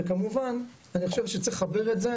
וכמובן אני חושב שצריך לחבר את זה,